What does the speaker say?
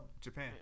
Japan